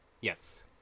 Yes